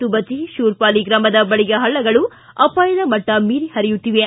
ತುಬಚಿ ಶೂರ್ಪಾಲಿ ಗ್ರಾಮದ ಬಳಿಯ ಪಳ್ಳಗಳು ಅಪಾಯದ ಮಟ್ಟ ಮೀರಿ ಪರಿಯುತ್ತಿವೆ